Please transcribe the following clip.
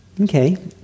Okay